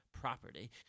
property